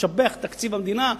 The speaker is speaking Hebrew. משבח את תקציב המדינה פרופר.